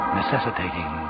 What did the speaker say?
necessitating